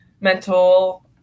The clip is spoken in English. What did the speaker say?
mental